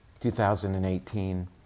2018